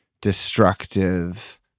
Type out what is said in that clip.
destructive